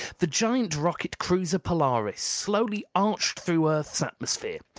the giant rocket cruiser polaris slowly arched through earth's atmosphere,